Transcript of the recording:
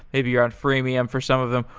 maybe you're on premium for some of them.